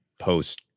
post